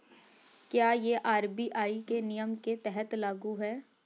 क्या यह आर.बी.आई के नियम के तहत लागू है?